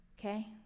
Okay